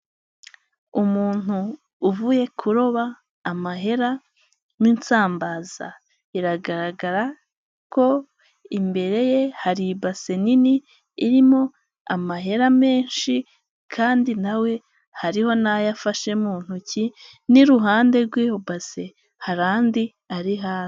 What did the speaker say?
Umuntu uvuye kuroba amahera n'insambaza biragaragara ko imbere ye hari ibase nini irimo amahera menshi kandi na we hariho n'ayo afashe mu ntoki n'iruhande rw'iyo base hari andi ari hasi.